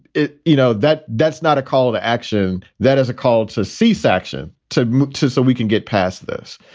it. you know, that that's not a call to action. that is a call to cease action to move to so we can get past this.